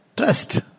Trust